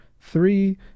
three